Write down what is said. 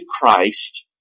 Christ